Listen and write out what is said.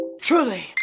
truly